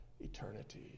eternity